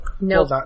No